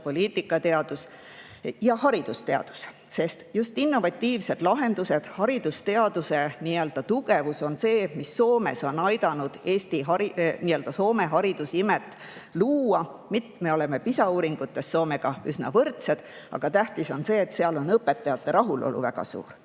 poliitikateadus ja haridusteadus. Just innovatiivsed lahendused ja haridusteaduse tugevus on see, mis Soomes on aidanud nii-öelda Soome haridusimet luua. Me oleme PISA uuringutes Soomega üsna võrdsed, aga tähtis on see, et seal on õpetajate rahulolu väga suur,